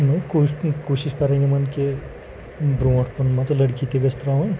U نو کوٗ کوٗشِش کَرٕنۍ یِمَن کہِ بروںٛٹھ کُن مان ژٕ لٔڑکی تہِ گژھِ تھَوٕنۍ